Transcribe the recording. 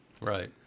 Right